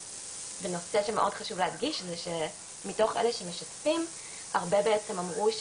ונושא שמאוד חשוב להדגיש זה שמתוך אלה שמשתפים הרבה בעצם אמרו,